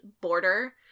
border